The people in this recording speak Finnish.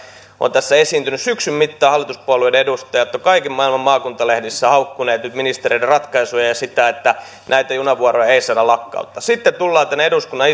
on tässä esiintynyt syksyn mittaan hallituspuolueiden edustajat ovat kaiken maailman maakuntalehdissä haukkuneet nyt ministereiden ratkaisuja ja ja sitä että näitä junavuoroja ei saada lakkauttaa sitten tullaan tänne eduskunnan